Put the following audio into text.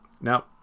Now